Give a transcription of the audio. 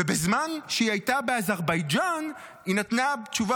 ובזמן שהיא הייתה באזרבייג'ן היא נתנה תשובה